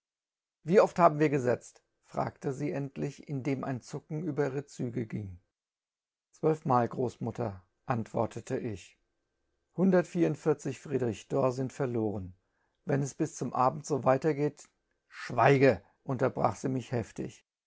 wie oft haben wir gefegt fragte fie enblidf inbem ein zucken über ihre züge ging zwölfmal großmutter antwortete ich hunbert cierunboierjig griebrtchöb'or ftnb verloren wenn es bis zum abend so weitergeht schweige unterbrach fie mich eftig